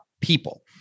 people